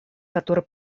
который